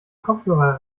kopfhörer